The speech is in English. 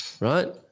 Right